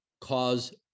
cause